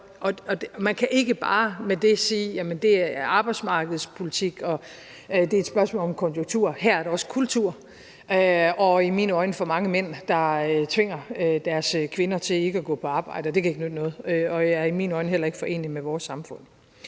Man kan ikke bare sige, at det er arbejdsmarkedspolitik og et spørgsmål om konjunktur, for her er det også et spørgsmål om kultur, og der er i mine øjne for mange mænd, der tvinger deres kvinder til ikke at gå på arbejde, og det kan ikke nytte noget. Og det er i mine øjne heller ikke foreneligt med vores samfund.